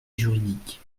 juridique